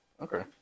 okay